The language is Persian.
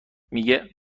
میگه